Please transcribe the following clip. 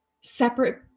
separate